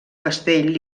castell